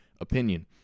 opinion